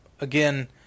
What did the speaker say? Again